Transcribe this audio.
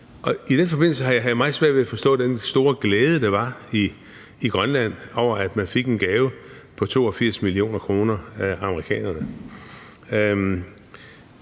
i den forbindelse havde jeg meget svært ved at forstå den store glæde, der var i Grønland, over, at man fik en gave på 82 mio. kr. af amerikanerne.